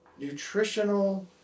nutritional